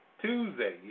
Tuesday